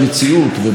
ובעניין הזה,